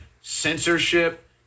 censorship